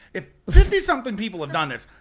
if fifty something people have done this,